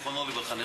זיכרונו לברכה,